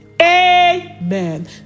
Amen